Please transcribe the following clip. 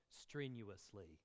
strenuously